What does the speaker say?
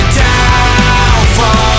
downfall